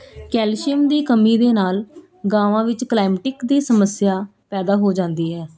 calcium ਦੀ ਕਮੀ ਦੇ ਨਾਲ ਗਾਵਾਂ ਵਿੱਚ ਕਲਾਮਟਿਕ ਦੀ ਸਮੱਸਿਆ ਪੈਦਾ ਹੋ ਜਾਂਦੀ ਹੈ